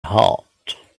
heart